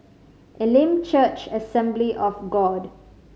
Elim Church Assembly of God